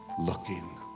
looking